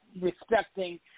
respecting